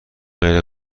غیر